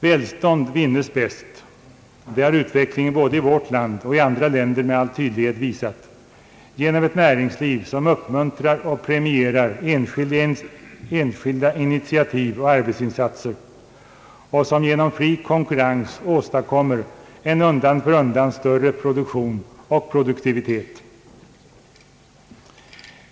Välstånd vinnes bäst — det har utvecklingen både i vårt land och i andra länder med all tydlighet visat — genom ett näringsliv som uppmuntrar och premierar enskilda "imitiativ och arbetsinsatser och som genom fri konkurrens åstadkommer en undan för undan större produktion och produktivitet.